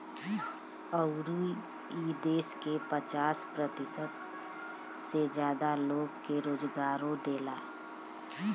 अउर ई देस के पचास प्रतिशत से जादा लोग के रोजगारो देला